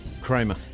Kramer